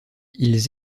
ils